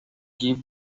give